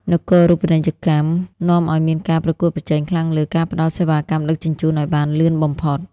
នគរូបនីយកម្មនាំឱ្យមានការប្រកួតប្រជែងខ្លាំងលើ "ការផ្ដល់សេវាកម្មដឹកជញ្ជូនឱ្យបានលឿនបំផុត" ។